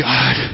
God